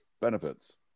benefits